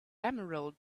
emerald